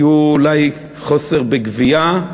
היה אולי חוסר בגבייה,